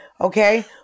Okay